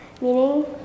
meaning